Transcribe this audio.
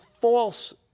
false